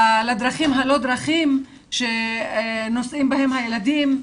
בדרכים הלא-דרכים שנוסעים בהם הילדים,